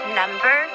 number